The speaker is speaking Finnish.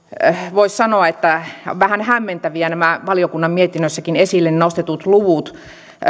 voisi sanoa että vähän hämmentäviä ovat nämä valiokunnan mietinnössäkin esille nostetut luvut